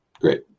Great